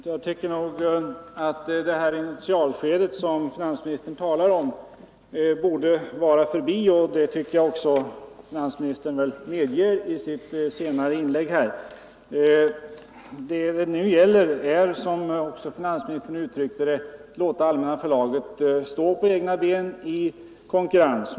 Nr 113 Herr talman! Initialskedet, som finansministern talar om, borde väl vara förbi, och det tycker jag att finansministern medgav i sitt inlägg här. Vad det nu gäller är, som finansministern också uttryckte det, att låta Allmänna förlaget stå på egna ben i konkurrensen.